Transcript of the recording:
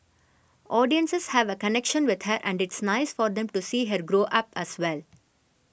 audiences have a connection with her and it's nice for them to see her grow up as well